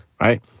right